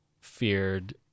feared